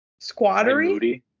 Squattery